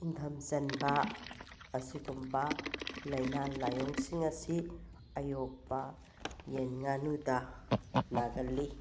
ꯏꯪꯊꯝ ꯆꯟꯕ ꯑꯁꯤꯒꯨꯝꯕ ꯂꯥꯏꯅꯥ ꯂꯥꯏꯌꯣꯡꯁꯤꯡ ꯑꯁꯤ ꯑꯌꯣꯛꯄ ꯌꯦꯟ ꯉꯥꯅꯨꯗ ꯅꯥꯒꯜꯂꯤ